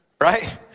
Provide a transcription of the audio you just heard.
right